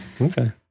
okay